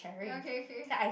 okay okay